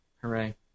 Hooray